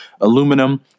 aluminum